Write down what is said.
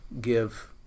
give